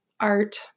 art